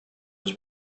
his